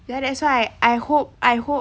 ya that's why I hope I hope